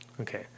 Okay